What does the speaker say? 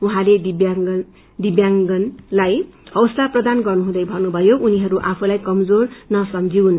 उहाँले दिव्यांगजन लाई हैसला प्रदान गर्नुहँदै पन्नुषयो उनीहरू आफूलाई कमजोर नसम्बिऊन